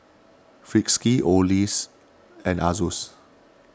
Friskies Oakley and Asus